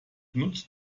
nutzt